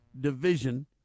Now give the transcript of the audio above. division